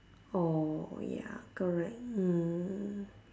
orh ya correct mm